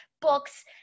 books